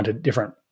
different